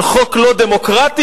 על חוק לא דמוקרטי?